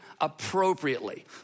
appropriately